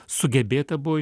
sugebėta buvo